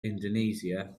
indonesia